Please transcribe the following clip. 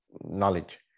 knowledge